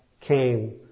came